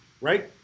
right